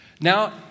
now